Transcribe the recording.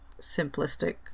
simplistic